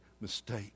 mistake